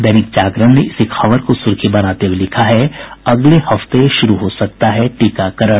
दैनिक जागरण ने इसी खबर को सुर्खी बनाते हुये लिखा है अगले हफ्ते शुरू हो सकता है टीकाकरण